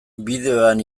bideoan